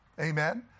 Amen